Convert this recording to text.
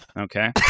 okay